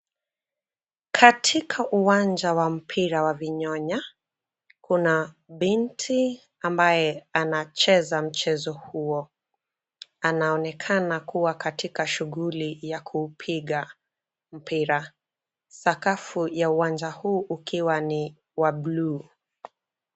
Katika uwanja wa mpira wa vinyonya, kuna binti ambaye anacheza mchezo huo. Anaonekana kuwa katika shughuli ya kupiga mpira .sakafu ya uwanja huu ukiwa ni wa blue .